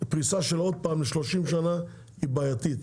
פריסה של עוד פעם ל-30 שנה היא בעייתית.